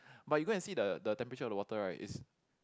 but you go and see the temperature of the water right is